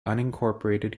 unincorporated